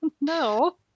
No